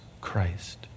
Christ